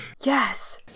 Yes